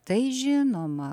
tai žinoma